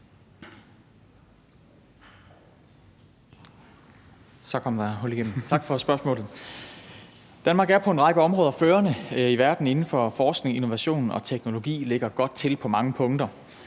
(Jesper Petersen): Tak for spørgsmålet. Danmark er på en række områder førende i verden inden for forskning, innovation og teknologi og lægger godt til på mange punkter.